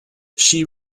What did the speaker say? she